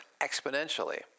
exponentially